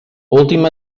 última